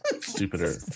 stupider